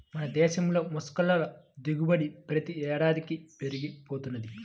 మన దేశంలో మొల్లస్క్ ల దిగుబడి ప్రతి ఏడాదికీ పెరిగి పోతున్నది